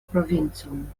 provincon